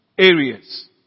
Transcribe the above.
Areas